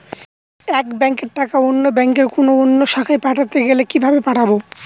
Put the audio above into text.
এক ব্যাংকের টাকা অন্য ব্যাংকের কোন অন্য শাখায় পাঠাতে গেলে কিভাবে পাঠাবো?